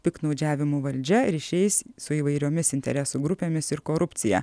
piktnaudžiavimu valdžia ryšiais su įvairiomis interesų grupėmis ir korupcija